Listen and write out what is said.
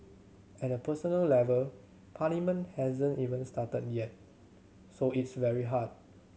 at a personal level Parliament hasn't even started yet so it's very hard